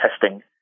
testing